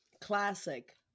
Classic